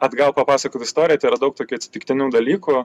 atgal papasakot istoriją tai yra daug tokių atsitiktinių dalykų